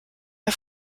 der